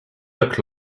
look